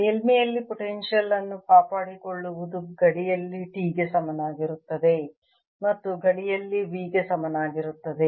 ಮೇಲ್ಮೈಯಲ್ಲಿ ಪೊಟೆನ್ಶಿಯಲ್ ಅನ್ನು ಕಾಪಾಡಿಕೊಳ್ಳುವುದು ಗಡಿಯಲ್ಲಿ T ಗೆ ಸಮನಾಗಿರುತ್ತದೆ ಮತ್ತು ಗಡಿಯಲ್ಲಿ V ಗೆ ಸಮಾನವಾಗಿರುತ್ತದೆ